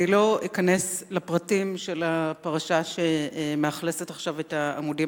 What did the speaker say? לא אכנס לפרטיה של הפרשה שמאכלסת עכשיו את העמודים